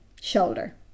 shoulder